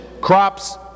crops